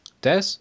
Des